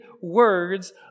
words